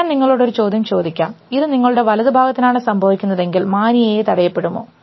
ഞാൻ നിങ്ങളോട് ഒരു ചോദ്യം ചോദിക്കാം ഇത് നിങ്ങളുടെ വലതു ഭാഗത്തിനാണ് സംഭവിക്കുന്നതെങ്കിൽ മാനിയയെ തടയപ്പെടുമോ